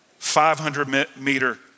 500-meter